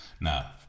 Now